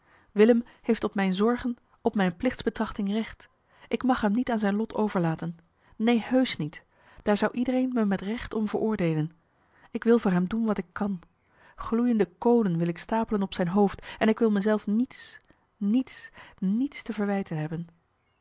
willem heeft op mijn zorgen op mijn plichtsbetrachting recht ik mag hem niet aan zijn lot overlaten neen heusch niet daar zou iedereen met recht om veroordeelen ik wil voor hem doen wat ik kan gloeiende kolen wil ik stapelen op zijn hoofd en ik wil me zelf niets niets niets te verwijten hebben